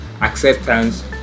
acceptance